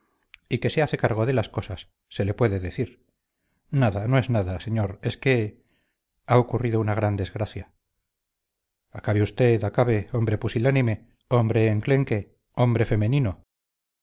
y que se hace cargo de las cosas se le puede decir nada no es nada señor es que ha ocurrido una gran desgracia acabe usted acabe hombre pusilánime hombre enclenque hombre femenino